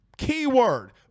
Keyword